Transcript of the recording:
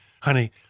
Honey